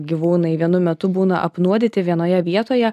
gyvūnai vienu metu būna apnuodyti vienoje vietoje